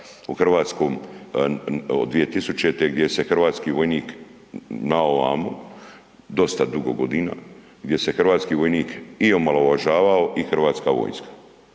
u hrvatskom od 2000. gdje se hrvatski vojnik naovamo dosta dugo godina, gdje se hrvatski vojnik i omalovažavao i Hrvatska vojska.